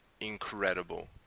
incredible